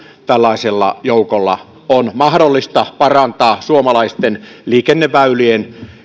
tällaisella joukolla on mahdollista parantaa suomalaisten liikenneväylien